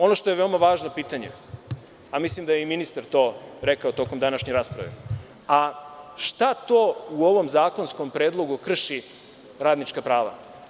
Ono što je veoma važno pitanje, a mislim da je i ministar to rekao tokom današnje rasprave, šta to u ovom zakonskom predlogu krši radnička prava?